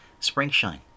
Springshine